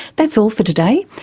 that's all for today,